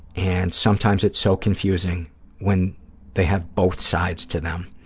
and sometimes it's so confusing when they have both sides to them.